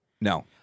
No